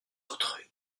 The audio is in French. autres